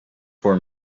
for